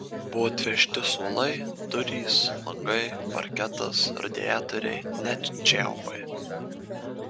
buvo atvežti suolai durys langai parketas radiatoriai net čiaupai